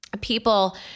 people